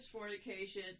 fornication